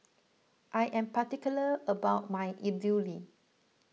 I am particular about my Idili